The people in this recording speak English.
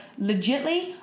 legitly